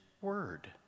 word